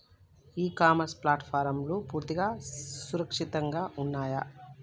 ఇ commerce ప్లాట్ఫారమ్లు పూర్తిగా సురక్షితంగా ఉన్నయా?